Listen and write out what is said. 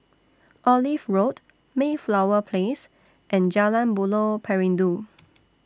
Olive Road Mayflower Place and Jalan Buloh Perindu